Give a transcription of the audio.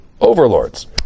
overlords